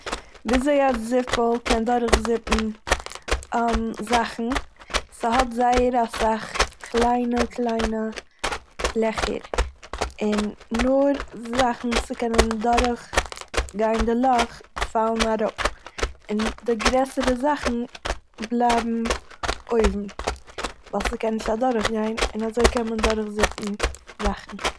וויזוי א זיפל קען דורכזיפען זאכן. ס'הואט זייער אסאך קליינע קליינע לעכער און נאר זאכן וואס ס'קענען דורכגיין די לאך פאלן אראפ און די גרעסערע זאכן בלייבן אויבן ווייל ס'קען נישט אדורכגיין און אזוי קען מען דורכזיפן זאכן.